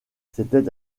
c’était